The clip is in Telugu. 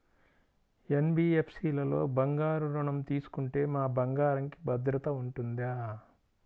ఎన్.బీ.ఎఫ్.సి లలో బంగారు ఋణం తీసుకుంటే మా బంగారంకి భద్రత ఉంటుందా?